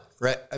right